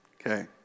Okay